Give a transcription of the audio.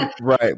Right